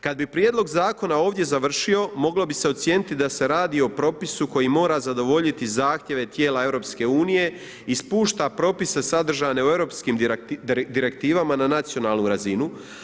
Kada bi prijedlog zakona ovdje završio moglo bi se ocijeniti da se radi o propisu koji mora zadovoljiti zahtjeve tijela Europske unije i spušta propise sadržane u europskim direktivama na nacionalnu razinu.